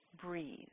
breathe